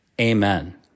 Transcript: Amen